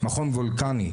מכון וולקני,